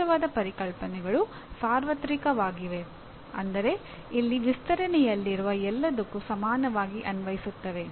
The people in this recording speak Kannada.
ಶ್ರೇಷ್ಟವಾದ ಪರಿಕಲ್ಪನೆಗಳು ಸಾರ್ವತ್ರಿಕವಾಗಿವೆ ಅಂದರೆ ಇಲ್ಲಿ ವಿಸ್ತರಣೆಯಲ್ಲಿರುವ ಎಲ್ಲದಕ್ಕೂ ಸಮಾನವಾಗಿ ಅನ್ವಯಿಸುತ್ತವೆ